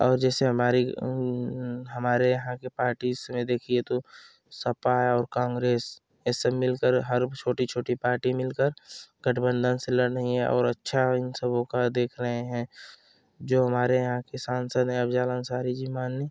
और जैसे हमारी हमारे यहाँ की पार्टीस में देखिए तो सपा है और कांग्रेस ये सब मिल कर हर छोटी छोटी पार्टी मिलकर गठबंधन से लड़ रही हैं और अच्छा इन सबों का देख रहे हैं जो हमारे यहाँ के सांसद हैं अफ़जल अंसारी जी माननीय